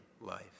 life